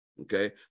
okay